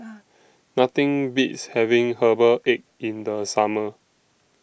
Nothing Beats having Herbal Egg in The Summer